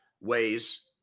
ways